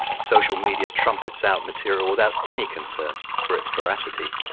social media trumpets out material without any concern for its veracity.